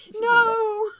No